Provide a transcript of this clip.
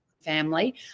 family